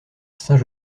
saint